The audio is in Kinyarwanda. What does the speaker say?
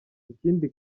ikindi